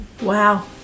Wow